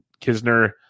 Kisner